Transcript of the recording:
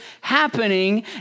happening